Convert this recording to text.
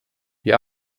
die